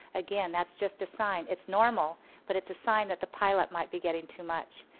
again that's just a sign, its normal but it's a sign that the pile-up might be getting too much.